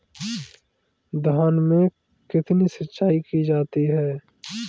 धान में कितनी सिंचाई की जाती है?